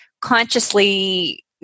consciously